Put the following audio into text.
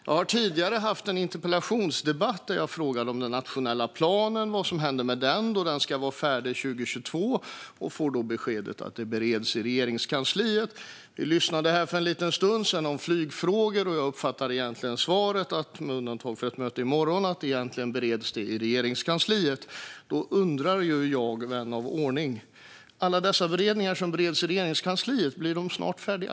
Jag har tidigare i en interpellationsdebatt frågat om vad som händer med den nationella planen då den ska vara färdig 2022. Jag fick då beskedet att det bereds i Regeringskansliet. Tidigare här togs flygfrågor upp. Jag uppfattade svaret som att, med undantag för ett möte i morgon, de bereds i Regeringskansliet. Då undrar jag, vän av ordning: Blir alla beredningar i Regeringskansliet snart färdiga?